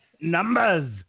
Numbers